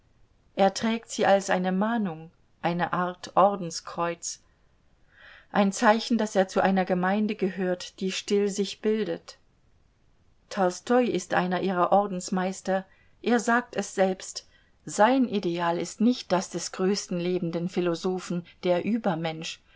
er trägt sie als eine mahnung eine art ordenskreuz ein zeichen daß er zu einer gemeinde gehört die still sich bildet tolstoi ist einer ihrer ordensmeister er sagt es selbst sein ideal ist nicht das des größten lebenden philosophen der übermensch